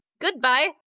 goodbye